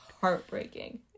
heartbreaking